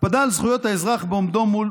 הקפדה על זכויות האזרח בעומדו מול